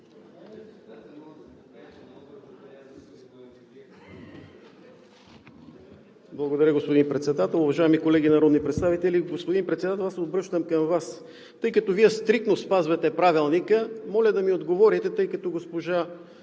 Благодаря, господин Председател. Уважаеми колеги народни представители! Господин Председател, аз се обръщам към Вас, тъй като Вие стриктно спазвате Правилника, моля да ми отговорите, тъй като госпожа